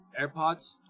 AirPods